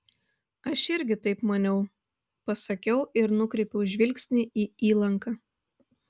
aš irgi taip maniau pasakiau ir nukreipiau žvilgsnį į įlanką